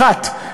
האחת,